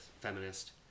feminist